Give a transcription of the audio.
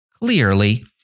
clearly